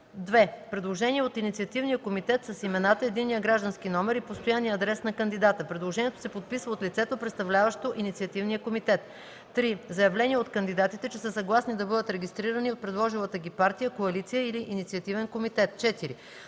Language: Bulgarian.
2. предложение от инициативния комитет с имената, единния граждански номер и постоянния адрес на кандидата; предложението се подписва от лицето, представляващо инициативния комитет; 3. заявления от кандидатите, че са съгласни да бъдат регистрирани от предложилата ги партия, коалиция или инициативен комитет; 4.